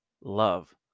love